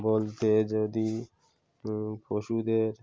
বলতে যদি পশুদের